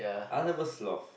I will have a Sloth